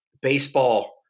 baseball